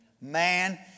Man